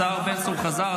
השר בן צור חזר,